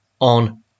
on